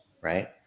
right